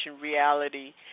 reality